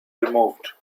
removed